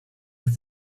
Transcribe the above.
with